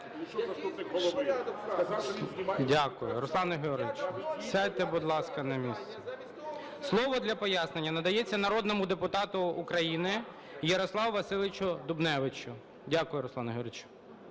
Дякую. Руслане Георгійовичу, сядьте, будь ласка, на місце. Слово для пояснення надається народному депутату України Ярославу Васильовичу Дубневичу. Дякую, Руслан Георгійович.